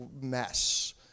mess